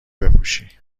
بپوشی